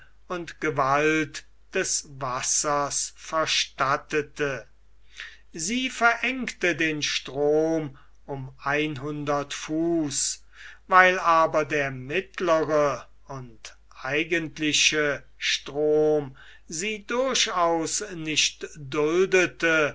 und gewalt des wassers verstattete sie verengte den strom um einhundert fuß weil aber der mittlere und eigentliche strom sie durchaus nicht duldete